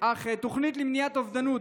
אך התוכנית למניעת אובדנות,